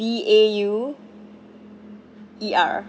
B A U E R